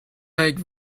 make